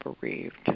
bereaved